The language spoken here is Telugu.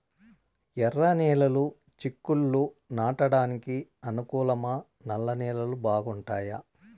ఎర్రనేలలు చిక్కుళ్లు నాటడానికి అనుకూలమా నల్ల నేలలు బాగుంటాయా